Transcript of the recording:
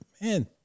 man